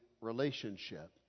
relationship